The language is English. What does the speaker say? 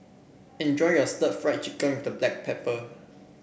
enjoy your Stir Fried Chicken with Black Pepper